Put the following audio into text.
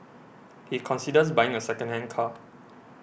he considers buying a secondhand car